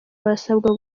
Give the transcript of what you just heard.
barasabwa